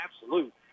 absolute